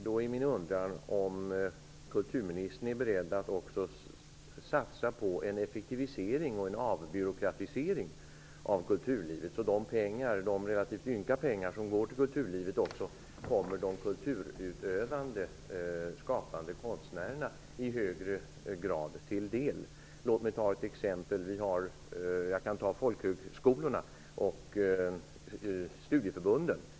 Då är min undran om kulturministern är beredd att också satsa på en effektivisering och en avbyråkratisering av kulturlivet, så att de pengar - de relativt ynka pengar - som går till kulturlivet också kommer de kulturutövande, skapande konstnärerna till del i högre grad. Låt mig ta ett exempel, som gäller folkhögskolorna och studieförbunden.